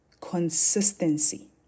Consistency